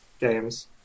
games